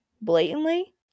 blatantly